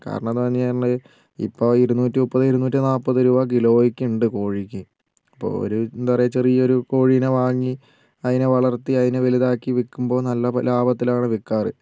കാരണം എന്തെന്ന് ഇപ്പോൾ ഇരുന്നൂറ്റി മുപ്പത് ഇരുന്നൂറ്റി നാല്പത് രൂപ കിലോയ്ക്ക് ഉണ്ട് കോഴിയ്ക്ക് അപ്പോൾ ഒരു എന്താ പറയുക ചെറിയ ഒരു കോഴീനെ വാങ്ങി അതിനെ വളർത്തി അതിനെ വലുതാക്കി വിൽക്കുമ്പോൾ നല്ല ലാഭത്തിലാണ് വിൽക്കാറ്